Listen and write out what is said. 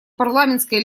парламентской